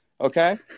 Okay